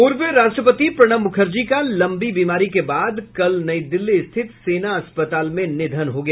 पूर्व राष्ट्रपति प्रणब मुखर्जी का लंबी बीमारी के बाद कल नई दिल्ली स्थित सेना अस्पताल में निधन हो गया